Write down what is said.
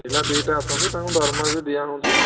ପିଲା ଦୁଇଟା ଅଛନ୍ତି ତାଙ୍କୁ ଦରମା ବି ଦିଆ ହେଉଛି